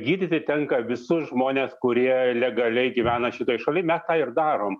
gydyti tenka visus žmones kurie legaliai gyvena šitoj šaly mes tą ir darom